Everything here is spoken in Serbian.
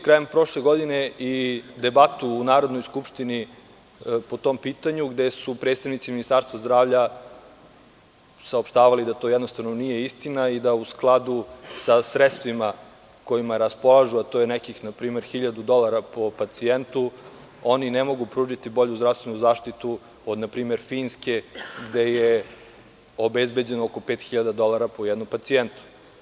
Krajem prošle godine smo imali debatu u Narodnoj skupštini po tom pitanju, gde su predstavnici Ministarstva zdravlja saopštavali da to nije istina i da u skladu sa sredstvima kojima raspolažu, a to je nekih npr. 1.000 dolara po pacijentu, oni ne mogu pružiti bolju zdravstvenu zaštitu od npr. Finske gde je obezbeđeno oko 5.000 dolara po jednom pacijentu.